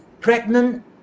pregnant